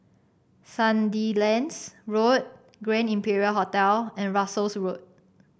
Sandilands Road Grand Imperial Hotel and Russels Road